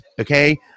okay